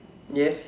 yes